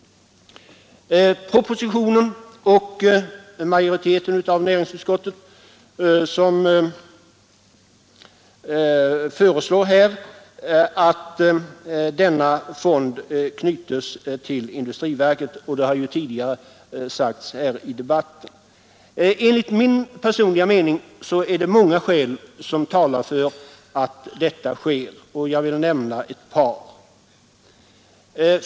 lingsfonden knyts till industriverket — det har tidigare sagts här i debatten. Enligt min personliga mening talar också många skäl för att så sker. Låt mig nämna ett par.